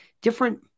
different